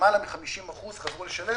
למעלה מ-50% חזרו לשלם.